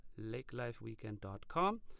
lakelifeweekend.com